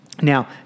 Now